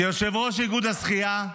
כיושב-ראש איגוד השחייה,